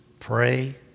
Pray